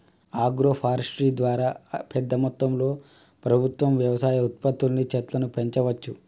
agro forestry ద్వారా పెద్ద మొత్తంలో ప్రభుత్వం వ్యవసాయ ఉత్పత్తుల్ని చెట్లను పెంచవచ్చు